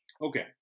Okay